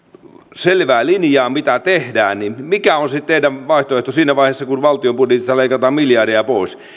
selvää linjaa siitä mitä tehdään on se teidän vaihtoehtonne siinä vaiheessa kun valtion budjetista leikataan miljardeja pois